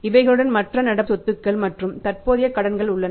இவைகளுடன் மற்ற நடப்பு சொத்துக்கள் மற்றும் தற்போதைய கடன்கள் உள்ளன